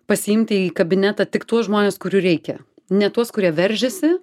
pasiimti į kabinetą tik tuos žmones kurių reikia ne tuos kurie veržiasi